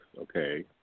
Okay